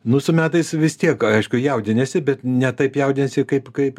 nu su metais vis tiek aišku jaudiniesi bet ne taip jaudiniesi kaip kaip